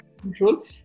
control